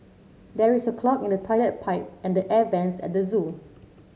there is a clog in the toilet pipe and the air vents at the zoo